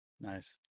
Nice